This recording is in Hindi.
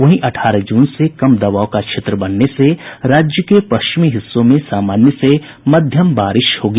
वहीं अठारह जून से कम दबाव का क्षेत्र बनने से राज्य के पश्चिमी हिस्सों में सामान्य से मध्यम बारिश होगी